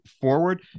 forward